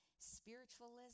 spiritualism